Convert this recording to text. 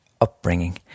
upbringing